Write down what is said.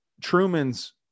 Truman's